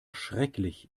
schrecklich